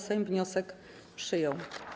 Sejm wniosek przyjął.